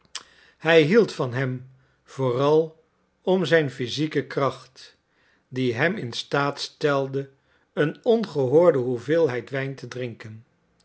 hij hield van hem vooral om zijn physieke kracht die hem in staat stelde een ongehoorde hoeveelheid wijn te drinken